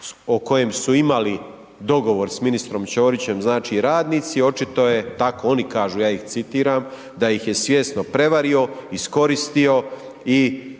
o kojem su imali dogovor s ministrom Ćorićem znači radnici, očito je tako oni kažu ja ih citiram, da ih je svjesno prevario, iskoristio i